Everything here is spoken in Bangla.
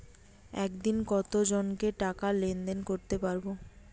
একদিন কত জনকে টাকা লেনদেন করতে পারবো?